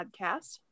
podcast